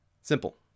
Simple